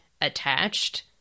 attached